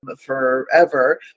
forever